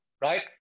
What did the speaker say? Right